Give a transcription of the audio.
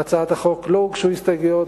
להצעת החוק לא הוגשו הסתייגויות,